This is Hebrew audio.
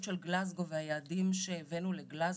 של גלזגו ואת היעדים שהבאנו לגלזגו.